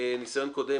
ניסיון קודם,